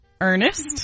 Ernest